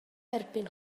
erbyn